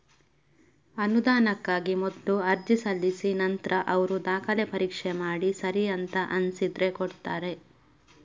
ಅನುದಾನಕ್ಕಾಗಿ ಮೊದ್ಲು ಅರ್ಜಿ ಸಲ್ಲಿಸಿ ನಂತ್ರ ಅವ್ರು ದಾಖಲೆ ಪರೀಕ್ಷೆ ಮಾಡಿ ಸರಿ ಅಂತ ಅನ್ಸಿದ್ರೆ ಕೊಡ್ತಾರೆ